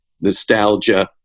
nostalgia